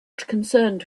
concerned